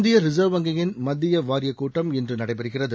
இந்திய ரிசர்வ் வங்கியின் மத்திய வாரிய கூட்டம் இன்று நடைபெறுகிறது